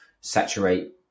Saturate